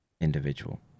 individual